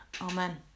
Amen